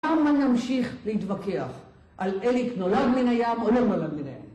כמה נמשיך להתווכח על אליק נולד מן הים או לא נולד מן הים?